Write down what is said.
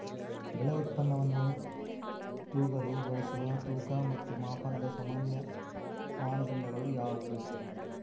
ಬೆಳೆ ಉತ್ಪನ್ನವನ್ನು ತೂಗಲು ಬಳಸುವ ತೂಕ ಮತ್ತು ಮಾಪನದ ಸಾಮಾನ್ಯ ಮಾನದಂಡಗಳು ಯಾವುವು?